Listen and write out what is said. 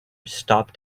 stopped